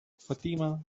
fatima